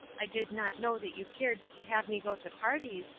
i did not know that you cared to have me go to parties,